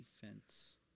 defense